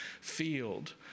field